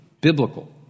biblical